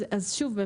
אז שוב,